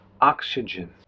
oxygen